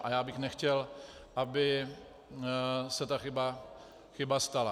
A já bych nechtěl, aby se ta chyba stala.